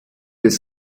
des